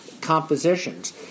compositions